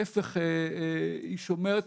להיפך, היא שומרת